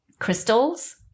crystals